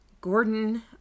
Gordon